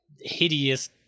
hideous